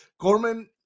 Gorman